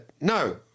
no